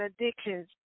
addictions